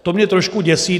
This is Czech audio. To mě trošku děsí.